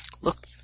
look